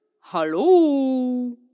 Hello